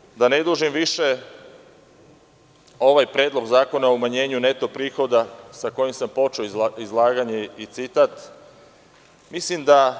Na kraju, da ne dužim više, ovaj Predlog zakona o umanjenju neto prihoda sa kojim sam počeo izlaganje i citat, mislim da